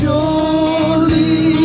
Surely